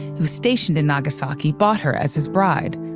who's stationed in nagasaki, bought her as his bride.